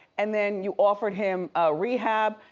and then you offered him rehab.